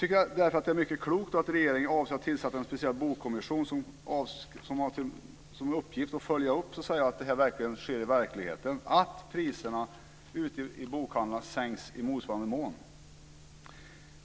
Det är därför klokt att regeringen avser att tillsätta en speciell bokkommission som ska ha till uppgift att följa upp att denna sänkning av momsen sker i verkligheten, dvs. att priserna i bokhandlarna sänks i motsvarande mån.